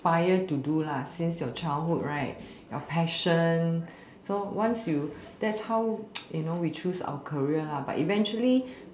~pire to do lah since your childhood right your passion so once you that's how you know we choose our career lah but eventually